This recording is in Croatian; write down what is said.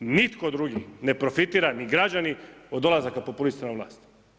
Nitko drugi ne profitira, ni građani od dolazaka populista na vlast.